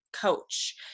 coach